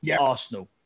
Arsenal